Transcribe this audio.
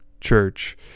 church